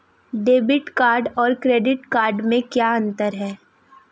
Debit card और card कार्ड में क्या अंतर है?